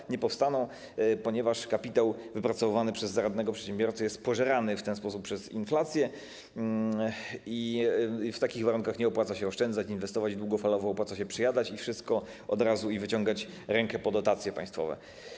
One nie powstaną, ponieważ kapitał wypracowywany przez zaradnego przedsiębiorcę jest pożerany w ten sposób przez inflację i w takich warunkach nie opłaca się oszczędzać, inwestować długofalowo, opłaca się przejadać wszystko od razu i wyciągać rękę po dotacje państwowe.